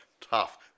Tough